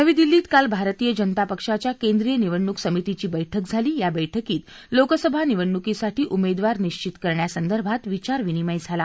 नवी दिल्लीत काल भारतीय जनता पक्षाच्या केंद्रीय निवडणूक समितीची बस्कि झाली या बस्कीत लोकसभा निवडणुकीसाठी उमेदवार निक्षित करण्यासंदर्भात विचारविनिमय झाला